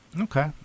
Okay